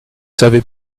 savez